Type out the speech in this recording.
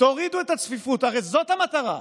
תורידו את הצפיפות, הרי זאת המטרה,